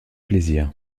plaisir